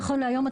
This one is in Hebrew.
נכון להיום,